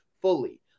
fully